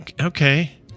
Okay